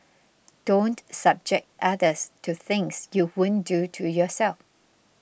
don't subject others to things you won't do to yourself